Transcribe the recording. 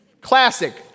Classic